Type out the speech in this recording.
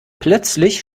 plötzlich